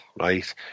right